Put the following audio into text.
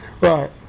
Right